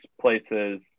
places